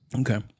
okay